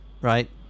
right